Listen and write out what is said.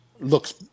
looks